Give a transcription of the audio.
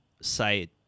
site